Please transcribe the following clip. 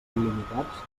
il·limitats